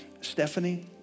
Stephanie